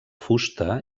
fusta